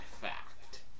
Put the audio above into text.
fact